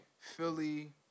Philly